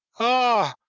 ah,